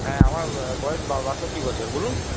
হ্যাঁ আমার বয়স বাষট্টি বছর বলুন